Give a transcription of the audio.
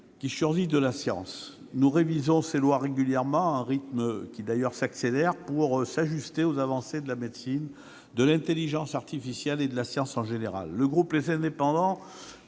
qui surgissent de la science. Nous révisons ces lois régulièrement, à un rythme qui d'ailleurs s'accélère pour s'ajuster aux avancées de la médecine, de l'intelligence artificielle et de la science en général. Le groupe Les Indépendants